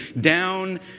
down